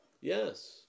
yes